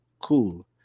Cool